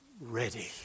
ready